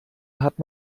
hat